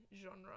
genre